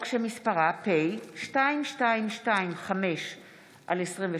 לתיקון פקודת מס הכנסה (הכרה בהוצאות אש"ל לעצמאים),